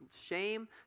shame